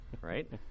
Right